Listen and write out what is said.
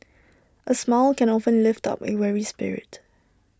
A smile can often lift up A weary spirit